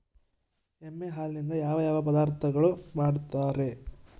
ಎಮ್ಮೆ ಹಾಲಿನಿಂದ ಯಾವ ಯಾವ ಪದಾರ್ಥಗಳು ಮಾಡ್ತಾರೆ?